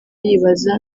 yibaza